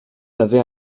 avait